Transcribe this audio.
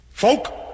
Folk